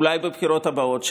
אולי בבחירות הבאות,